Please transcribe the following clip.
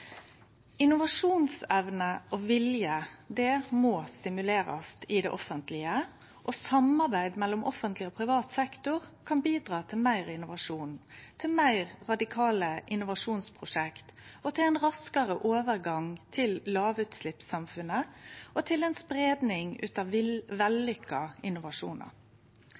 Innovasjonsevne og -vilje må stimulerast i det offentlege, og samarbeid mellom offentleg og privat sektor kan bidra til meir innovasjon, til meir radikale innovasjonsprosjekt, til ein raskare overgang til lågutsleppssamfunnet og til ei spreiing av vellykka innovasjonar.